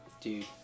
Dude